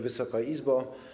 Wysoka Izbo!